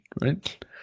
right